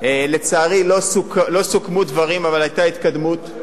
לצערי לא סוכמו דברים, אבל היתה התקדמות.